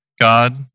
God